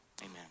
Amen